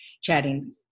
chatting